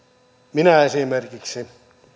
minulla esimerkiksi